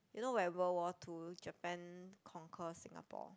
you know when War World Two Japan conquer Singapore